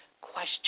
question